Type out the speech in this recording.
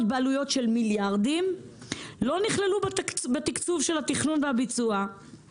בעלויות של מיליארדים לא נכללו בתקצוב של התכנון והביצוע.